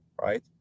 right